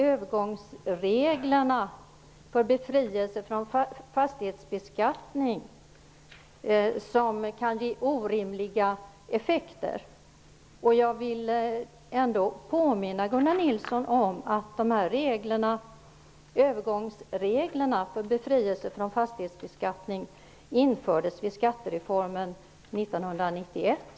Övergångsreglerna för befrielse från fastighetsbeskattning som kan ge orimliga effekter kan också hjälpa till. Jag vill påminna Gunnar Nilsson om att övergångsreglerna för befrielse från fastighetsbeskattning infördes vid skattereformen år 1991.